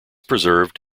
preserved